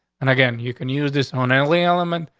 and again, you can use this on a daily element.